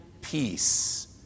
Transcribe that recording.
peace